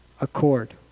accord